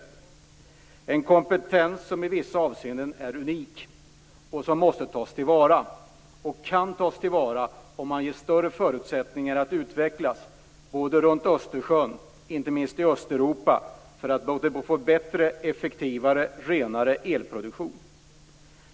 Företaget har en kompetens som i vissa avseenden är unik och som måste tas till vara och kan tas till vara om man ger större förutsättningar för företaget att utvecklas runt Östersjön, inte minst i Östeuropa. På det sättet kan man få bättre, effektivare och renare elproduktion.